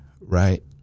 right